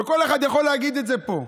וכל אחד יכול להגיד את זה פה,